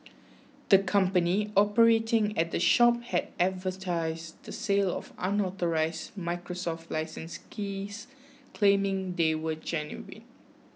the company operating at the shop had advertised the sale of unauthorised Microsoft licence keys claiming they were genuine